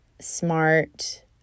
smart